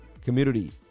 community